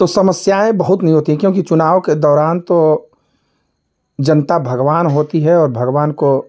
तो समस्याएँ बहुत नहीं होती हैं क्योंकि चुनाव के दौरान तो जनता भगवान होती है और भगवान को